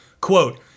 quote